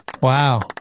Wow